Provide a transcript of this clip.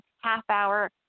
half-hour